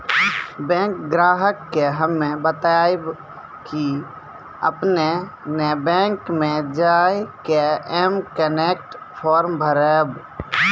bank ग्राहक के हम्मे बतायब की आपने ने बैंक मे जय के एम कनेक्ट फॉर्म भरबऽ